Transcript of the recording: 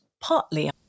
partly